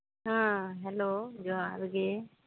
ᱦᱮᱸ ᱦᱮᱞᱳ ᱡᱚᱦᱟᱨ ᱜᱮ